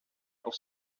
pour